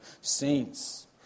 saints